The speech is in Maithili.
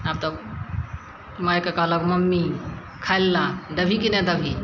आब तऽ मायके कहलक मम्मी खाय लए ला देबही कि नहि देबही